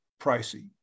pricey